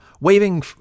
Waving